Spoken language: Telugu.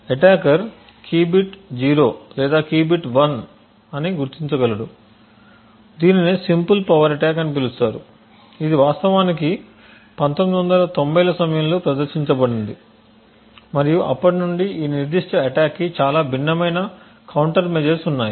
అటాకర్ కీ బిట్ 0 లేదా కీ బిట్ 1 అని గుర్తించగలడు దీనినే సింపుల్ పవర్ అటాక్ అని పిలుస్తారు ఇది వాస్తవానికి 1990ల సమయంలో ప్రదర్శించబడింది మరియు అప్పటి నుండి ఈ నిర్దిష్ట అటాక్కి చాలా భిన్నమైన కౌంటర్ మెజర్స్ఉన్నాయి